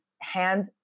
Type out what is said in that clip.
hand